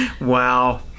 wow